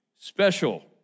special